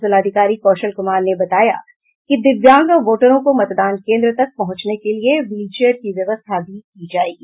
जिलाधिकारी कौशल कुमार ने बताया कि दिव्यांग वोटरों को मतदान केन्द्र तक पहुंचने के लिए व्हील चेयर की व्यवस्था भी की जाएगी